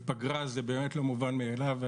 בפגרה, זה באמת לא מובן מאליו.